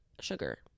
sugar